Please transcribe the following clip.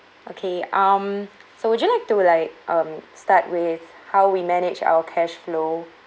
okay um so would you like to like um start with how we manage our cash flow